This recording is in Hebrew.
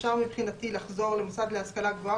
מבחינתי אפשר לחזור למוסד להשכלה גבוהה